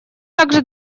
также